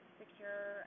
secure